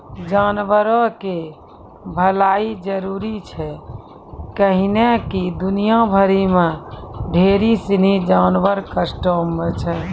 जानवरो के भलाइ जरुरी छै कैहने कि दुनिया भरि मे ढेरी सिनी जानवर कष्टो मे छै